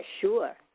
sure